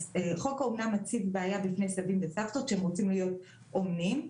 חוק האומנה מציב בעיה בפני סבים וסבתות שרוצים להיות אומנים.